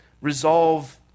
resolve